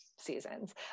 Seasons